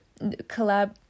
collab